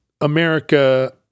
America